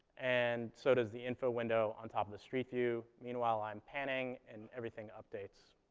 and so does the info window on top of the street view. meanwhile, i'm panning, and everything updates.